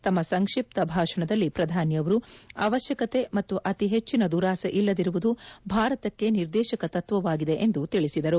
ತಮ್ಮ ಸಂಕ್ಷಿಪ್ತ ಭಾಷಣದಲ್ಲಿ ಪ್ರಧಾನಿ ಅವರು ಅವಶ್ಯಕತೆ ಮತ್ತು ಅತಿಹೆಚ್ಚಿನ ದುರಾಸೆ ಇಲ್ಲದಿರುವುದು ಭಾರತಕ್ಕೆ ನಿರ್ದೇಶಕ ತತ್ವವಾಗಿದೆ ಎಂದು ತಿಳಿಸಿದರು